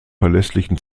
verlässlichen